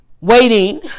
waiting